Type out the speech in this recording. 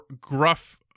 gruff